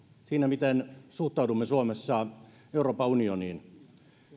siinä miten suhtaudumme suomessa euroopan unioniin